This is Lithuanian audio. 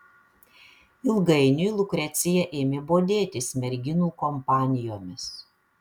ilgainiui lukrecija ėmė bodėtis merginų kompanijomis